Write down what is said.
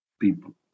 people